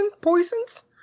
poisons